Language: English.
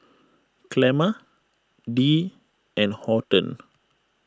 Clemma Dee and Horton